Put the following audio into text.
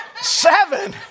Seven